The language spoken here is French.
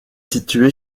située